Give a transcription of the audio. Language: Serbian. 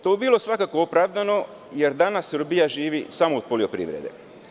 To bi bilo svakako opravdano, jer danas Srbija živi samo od poljoprivrede.